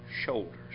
shoulders